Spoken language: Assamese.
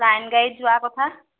লাইন গাড়ীত যোৱা কথা